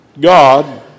God